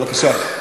בבקשה.